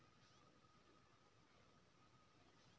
हमर खाता में कतेक राशि छै?